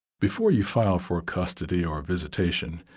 before you file for custody or visitation,